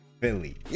Philly